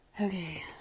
Okay